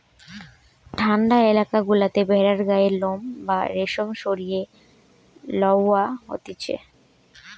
ঠান্ডা এলাকা গুলাতে ভেড়ার গায়ের লোম বা রেশম সরিয়ে লওয়া হতিছে